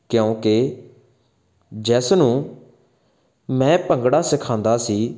ਕਿਉਂਕਿ ਜਿਸ ਨੂੰ ਮੈਂ ਭੰਗੜਾ ਸਿਖਾਂਦਾ ਸੀ